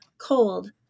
cold